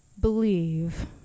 believe